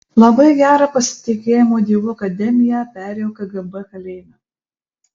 labai gerą pasitikėjimo dievu akademiją perėjau kgb kalėjime